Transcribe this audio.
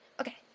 Okay